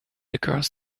across